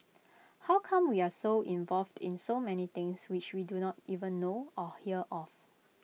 how come we are involved in so many things which we do not even know or hear of